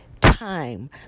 time